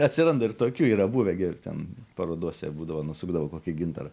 atsiranda ir tokių yra buvę gi ten parodose būdavo nusukdavo kokį gintarą